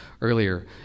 earlier